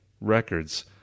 records